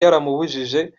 yaramubujije